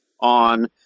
on